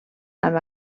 amb